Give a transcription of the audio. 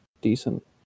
decent